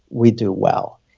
we do well.